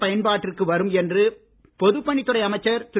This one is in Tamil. பயன்பாட்டிற்கு வரும் என்று பொதுப்பணித் துறை அமைச்சர் திரு